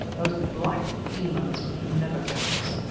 those black demons could never catch us.